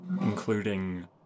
including